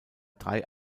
drei